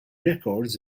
records